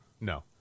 No